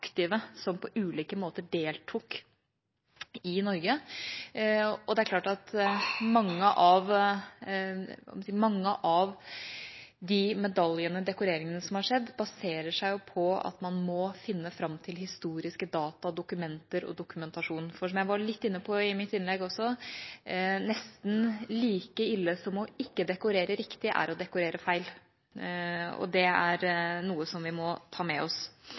som på ulike måter deltok i Norge. Det er klart at mange av de medaljeutdelingene og dekoreringene som har skjedd, baserer seg på at man må finne fram til historiske data, dokumenter og dokumentasjon. For som jeg var litt inne på i mitt innlegg: Nesten like ille som ikke å dekorere riktig er å dekorere feil. Det er noe som vi må ta med oss.